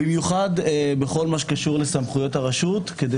במיוחד בכל הקשור לסמכויות הרשות כדי